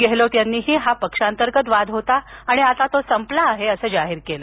गेहलोत यांनीही हा पक्षांतर्गत वाद होता आणि आता तो संपला असल्याचं जाहीर केलं